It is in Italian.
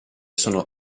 sono